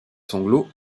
sanglots